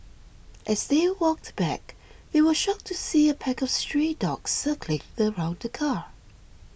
as they walked back they were shocked to see a pack of stray dogs circling around the car